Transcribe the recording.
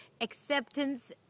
acceptance